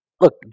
Look